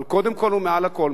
אבל קודם כול ומעל הכול,